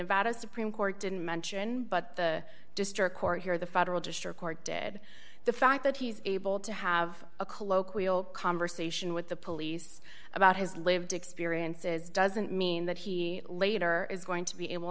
nevada supreme court didn't mention but the district court here the federal district court did the fact that he's able to have a colloquial conversation with the police about his lived experiences doesn't mean that he later is going to be able